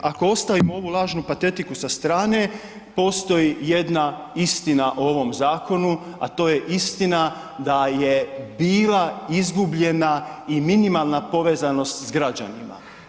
Ako ostavimo ovu lažnu patetiku sa strane postoji jedna istina o ovom zakonu a to je istina da je bila izgubljena i minimalna povezanost s građanima.